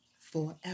forever